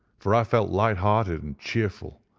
for i felt light-hearted and cheerful.